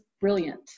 brilliant